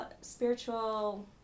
spiritual